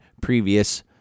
previous